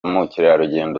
mukerarugendo